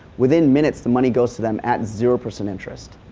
within minutes the money goes to them at zero percent interest.